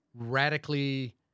radically